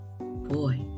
Boy